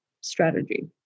strategy